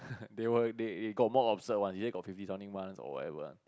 they were they got more absurd one they say got fifty something months or whatever one